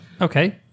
Okay